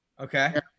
Okay